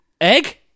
egg